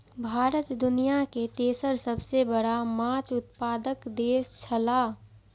भारत दुनिया के तेसर सबसे बड़ा माछ उत्पादक देश छला